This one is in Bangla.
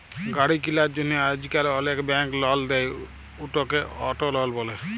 গাড়ি কিলার জ্যনহে আইজকাল অলেক ব্যাংক লল দেই, উটকে অট লল ব্যলে